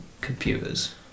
computers